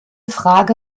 frage